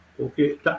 Okay